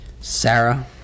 Sarah